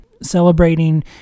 celebrating